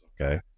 okay